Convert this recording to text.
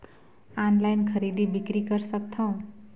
Online खरीदी बिक्री कर सकथव?